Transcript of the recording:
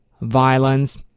violence